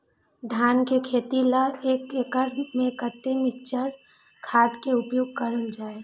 धान के खेती लय एक एकड़ में कते मिक्चर खाद के उपयोग करल जाय?